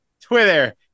Twitter